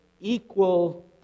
Equal